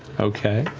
okay.